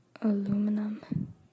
Aluminum